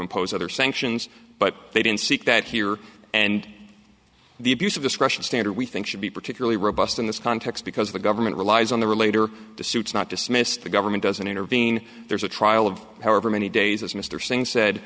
impose other sanctions but they didn't seek that here and the abuse of discretion standard we think should be particularly robust in this context because the government relies on the relator the suits not dismissed the government doesn't intervene there's a trial of however many days as mr singh said